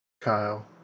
Kyle